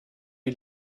die